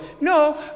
No